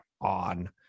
on